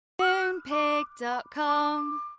Moonpig.com